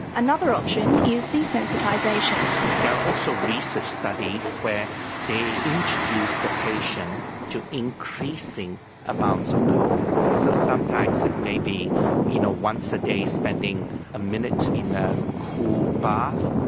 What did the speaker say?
another option is desensitisation. there are also research studies where they introduce the patients to increasing amounts of cold. so sometimes it may be you know once a day spending a minute in a cool bath,